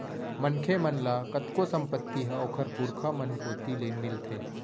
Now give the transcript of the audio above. मनखे मन ल कतको संपत्ति ह ओखर पुरखा मन कोती ले मिलथे